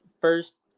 first